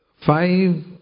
five